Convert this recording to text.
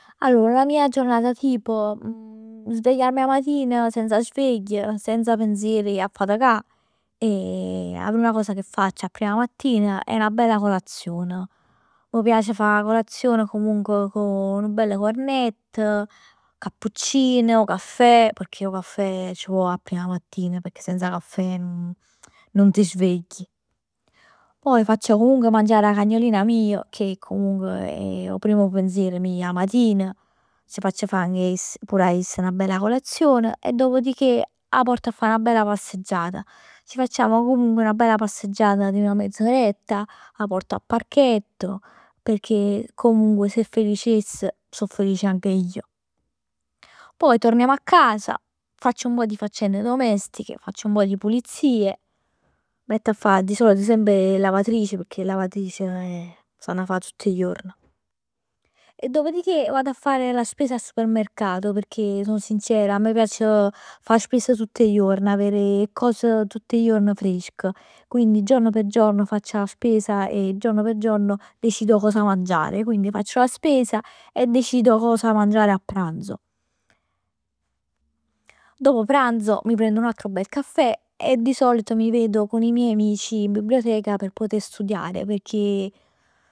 Allor la mia giornata tipo svegliarmi 'a matina senza sveglia, senza pensieri 'e ji a faticà e 'a prima cosa che faccio a prima mattina 'e 'na bella colazion. M' piace 'e fa 'a colazione comunque cu nu bell cornett, cappuccin, cafè, pecchè 'o cafè c' vo a prima mattina, pecchè senza caffè non ti svegli. Poi faccio comunque mangià la cagnolina mia che comunque è 'o primo pensier mij 'a matina. C' faccio fa anche a ess, pur a essa 'na bella colazion e dopodichè 'a porto a fa 'na bella passeggiata. Ci facciamo comunque 'na bella passeggiata di mezz'oretta. 'A porto a parchetto. Pecchè comunque si è felice ess, so felice pur ij. Poi torniamo a casa, faccio un pò di faccende domestiche, faccio un pò di pulizie. Metto a fa di solito semp 'e lavatrici, pecchè 'e lavatrici s'ann fa tutt 'e juorn. E dopodichè vado a fare la spesa al supermercato pecchè ti sono sincera a me m' piace a fa 'a spesa tutt 'e juorn e avere 'e cose tutt 'e juorn fresche. Quindi ij giorno per giorno faccio 'a spesa e giorno per giorno decido che cosa mangiare. Quindi faccio la spesa e decido che cosa mangiare a pranzo. Dopo pranzo mi prendo un altro bel caffè e di solito mi vedo con i miei amici in biblioteca per poter studiare pecchè